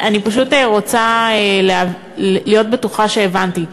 אני פשוט רוצה להיות בטוחה שהבנתי.